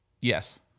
Yes